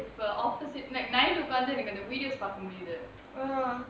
opposite night உட்கார்ந்து எனக்கு அந்த:utkarnthu enakku antha videos பார்க்க முடியுது:paarka mudiyuthu